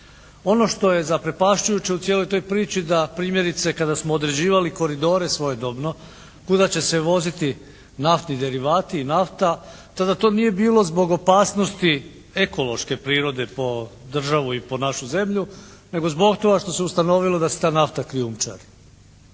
Ono što je zaprepašćujuće u cijeloj toj priči da primjerice kada smo određivali koridore svojedobno kuda će se voziti naftni derivati i nafta tada to nije bilo zbog opasnosti ekološke prirode po državu i po našu zemlju nego zbog toga što se ustanovilo da se ta nafta krijumčari.